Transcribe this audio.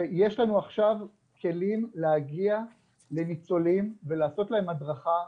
ויש לנו עכשיו כלים להגיע לניצולים ולעשות להם הדרכה,